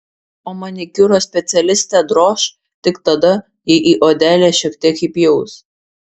o manikiūro specialistę droš tik tada jei į odelę šiek tiek įpjaus